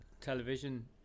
television